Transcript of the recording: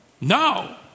No